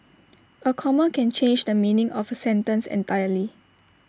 A comma can change the meaning of A sentence entirely